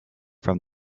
from